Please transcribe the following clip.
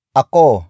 ako